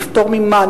לפטור ממע"מ.